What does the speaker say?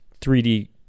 3D